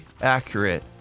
accurate